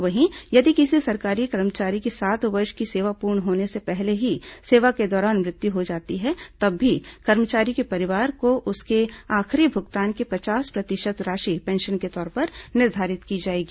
वहीं यदि किसी सरकारी कर्मचारी की सात वर्ष की सेवा पूर्ण होने से पहले ही सेवा के दौरान मृत्यु हो जाती है तब भी कर्मचारी के परिवार को उसके आखिरी भुगतान के पचास प्रतिशत राशि पेंशन के तौर पर निर्धारित की जाएगी